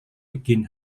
begin